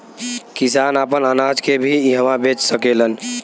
किसान आपन अनाज के भी इहवां बेच सकेलन